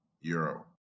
euro